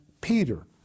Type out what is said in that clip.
Peter